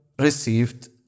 received